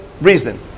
reason